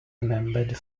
remembered